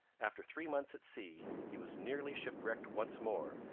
after three months at sea he was nearly shipwrecked once more,